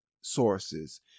sources